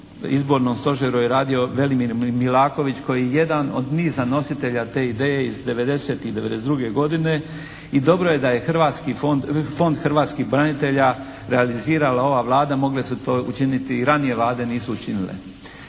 izbornom stožeru je radio Velimir Milaković koji je jedan od niza nositelja te ideje iz 1990. i 1992. godine i dobro je da je hrvatski fond, Fond hrvatskih branitelja realizirala ova Vlada. Mogle su to učiniti i ranije vlade, nisu učinile.